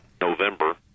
November